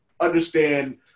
understand